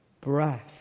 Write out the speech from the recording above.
breath